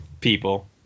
people